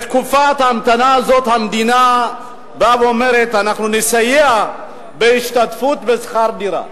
בתקופת ההמתנה הזאת המדינה באה ואומרת: אנחנו נסייע בהשתתפות בשכר דירה.